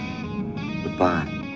Goodbye